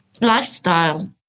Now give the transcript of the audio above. lifestyle